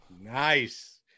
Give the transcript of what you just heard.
Nice